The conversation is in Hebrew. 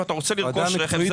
אם אתה רוצה לרכוש רכב,